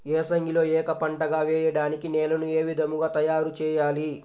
ఏసంగిలో ఏక పంటగ వెయడానికి నేలను ఏ విధముగా తయారుచేయాలి?